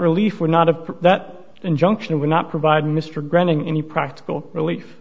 relief or not of that injunction would not provide mr granting any practical relief